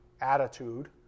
attitude